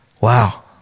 Wow